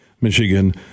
Michigan